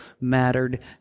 mattered